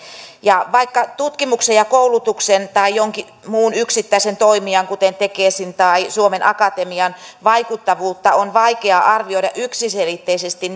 vaikka tutkimuksen ja koulutuksen tai jonkin muun yksittäisen toimijan kuten tekesin tai suomen akatemian vaikuttavuutta on vaikea arvioida yksiselitteisesti